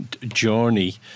journey